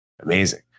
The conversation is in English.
amazing